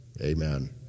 Amen